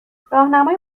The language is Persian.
راهنمای